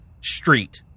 Street